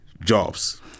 jobs